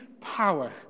power